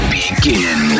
begin